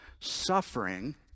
suffering